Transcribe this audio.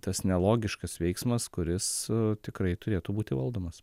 tas nelogiškas veiksmas kuris tikrai turėtų būti valdomas